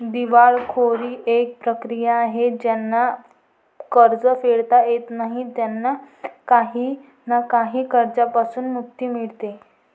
दिवाळखोरी एक प्रक्रिया आहे ज्यांना कर्ज फेडता येत नाही त्यांना काही ना काही कर्जांपासून मुक्ती मिडते